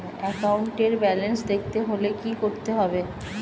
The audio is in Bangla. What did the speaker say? একাউন্টের ব্যালান্স দেখতে হলে কি করতে হবে?